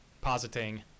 positing